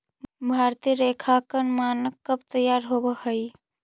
भारतीय लेखांकन मानक कब तईयार होब हई?